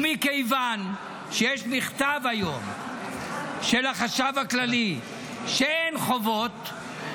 ומכיוון שיש מכתב היום של החשב הכללי שאין חובות,